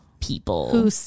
people